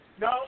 No